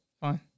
fine